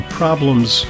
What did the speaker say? problems